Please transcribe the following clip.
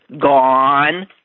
gone